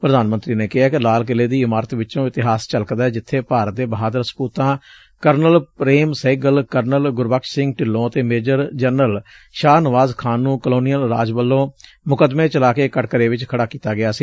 ਪ੍ਰਧਾਨ ਮੰਤਰੀ ਨੇ ਕਿਹੈ ਕਿ ਲਾਲ ਕਿਲ੍ਹੇ ਦੀ ਇਮਾਰਤ ਵਿਚੋਂ ਇਤਿਹਾਸ ਝਲਕਦੈ ਜਿੱਥੇ ਭਾਰਤ ਦੇ ਬਹਾਦਰ ਸਪੂਤਾਂ ਕਰਨਲ ਪ੍ਰੇਮ ਸਹਿਗਲ ਕਰਨਲ ਗੁਰਬਖਸ਼ ਸਿੰਘ ਢਿੱਲੋਂ ਅਤੇ ਮੇਜਰ ਜਨਰਲ ਸ਼ਾਹ ਨਵਾਜ਼ ਖਾਨ ਨੂੰ ਕਲੋਨੀਅਲ ਰਾਜ ਵਲੋਂ ਮੁਕੱਦਮੇ ਚਲਾ ਕੇ ਕਟਘਰੇ ਚ ਖੜਾ ਕੀਤਾ ਗਿਆ ਸੀ